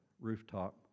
rooftop